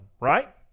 right